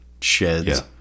sheds